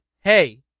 hey